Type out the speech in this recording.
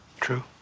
True